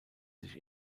sich